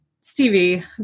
Stevie